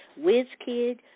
WizKid